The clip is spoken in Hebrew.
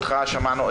חמש שנים בבית חולים?